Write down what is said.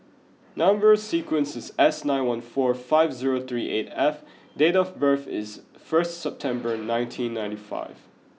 number sequence is S nine one four five zero three eight F and date of birth is first September nineteen ninety five